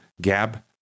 Gab